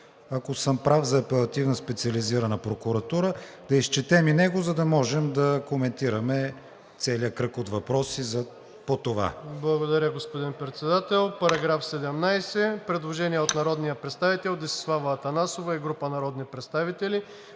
Ако съм прав за Апелативна специализирана прокуратура, да изчетем и него, за да можем да коментираме целия кръг от въпроси по това. ДОКЛАДЧИК МИЛЕН МАТЕЕВ: Благодаря, господин Председател. По § 17 има предложение от народния представител Десислава Атанасова и група народни представители